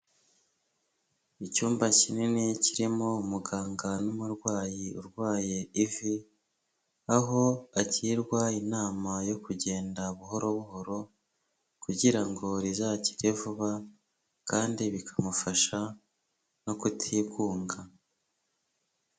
Icyumba kinini kirimo umuganga n'umurwayi urwaye ivi, aho agirwa inama yo kugenda buhoro buhoro kugira ngo rizakire vuba kandi bikamufasha no kutigunga.